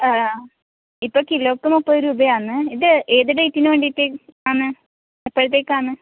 ആ ഇപ്പം കിലോയ്ക്ക് മുപ്പത് രൂപയാണ് ഇത് ഏത് ഡേറ്റിന് വേണ്ടിയിട്ട് ആണ് എപ്പോഴത്തേക്കാണ്